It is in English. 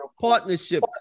Partnership